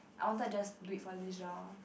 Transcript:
I wanted just do it for leisure